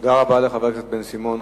תודה רבה לחבר הכנסת בן-סימון.